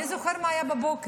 מי זוכר מה היה בבוקר?